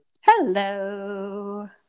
hello